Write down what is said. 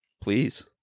Please